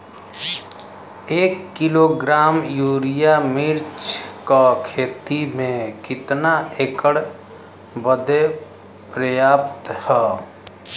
एक kilogram urea मिर्च क खेती में कितना एकड़ बदे पर्याप्त ह?